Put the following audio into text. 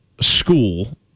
school